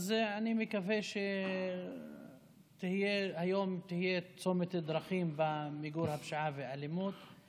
אני מקווה שהיום הוא צומת דרכים במיגור הפשיעה והאלימות.